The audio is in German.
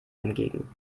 entgegen